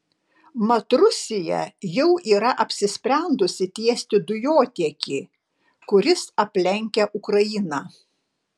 mat rusija jau yra apsisprendusi tiesti dujotiekį kuris aplenkia ukrainą